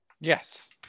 Yes